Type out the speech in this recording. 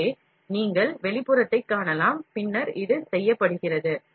எனவே நீங்கள் வெளிப்புறத்தைக் காணலாம் பின்னர் இது செய்யப்படுகிறது